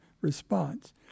response